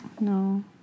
No